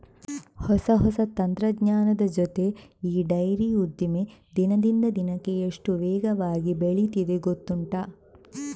ಹೊಸ ಹೊಸ ತಂತ್ರಜ್ಞಾನದ ಜೊತೆ ಈ ಡೈರಿ ಉದ್ದಿಮೆ ದಿನದಿಂದ ದಿನಕ್ಕೆ ಎಷ್ಟು ವೇಗವಾಗಿ ಬೆಳೀತಿದೆ ಗೊತ್ತುಂಟಾ